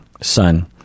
son